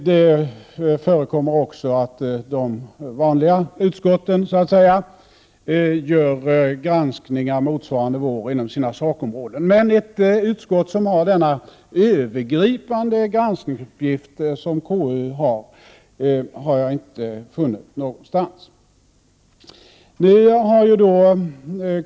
Det förekommer också att de vanliga utskotten gör granskningar motsvarande vår inom sina sakområden. Men ett utskott som har den övergripande granskningsuppgift som konstitutionsutskottet har, har jag inte funnit någonstans.